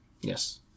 yes